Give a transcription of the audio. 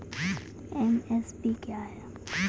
MSP क्या है?